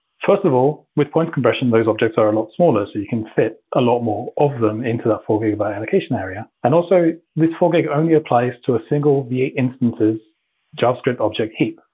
first of all, with points compression those objects are a lot smaller so you can fit a lot more of them into the four gigabyte allocation area. and also, this four gig only applies to a single v eight instance's javascript object heap.